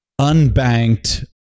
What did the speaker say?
unbanked